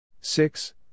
Six